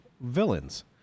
villains